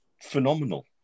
phenomenal